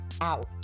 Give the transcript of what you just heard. out